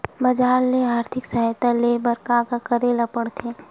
बजार ले आर्थिक सहायता ले बर का का करे ल पड़थे?